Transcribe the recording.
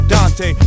Dante